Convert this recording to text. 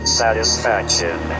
satisfaction